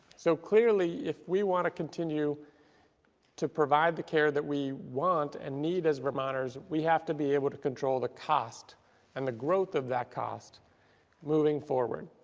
so, clearly, if we want to continue to provide the care that we want and need as vermonters, we have to be able to control the cost and the growth of that cost moving forward.